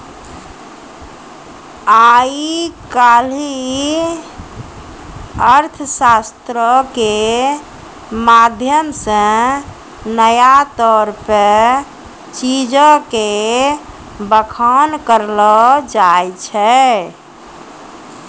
आइ काल्हि अर्थशास्त्रो के माध्यम से नया तौर पे चीजो के बखान करलो जाय रहलो छै